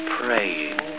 praying